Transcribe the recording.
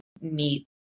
meet